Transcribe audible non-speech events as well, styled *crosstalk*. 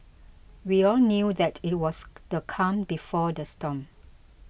we all knew that it was *noise* the calm before the storm